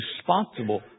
responsible